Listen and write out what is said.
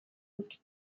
dut